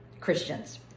Christians